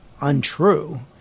untrue